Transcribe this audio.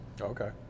Okay